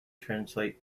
translates